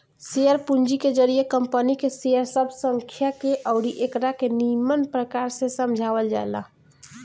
share पूंजी के जरिए कंपनी के शेयर सब के संख्या अउरी एकरा के निमन प्रकार से समझावल जाला